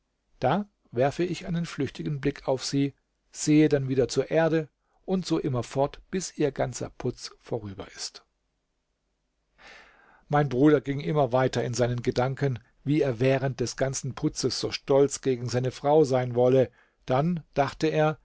da werfe ich einen flüchtigen blick auf sie sehe dann wieder zur erde und so immer fort bis ihr ganzer putzbekanntlich wird die braut in der hochzeitsnacht bei reichen leuten siebenmal anders gekleidet und dem bräutigam vorgeführt vorüber ist mein bruder ging immer weiter in seinen gedanken wie er während des ganzen putzes so stolz gegen seine frau sein wolle dann dachte er